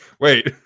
Wait